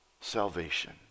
salvation